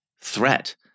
threat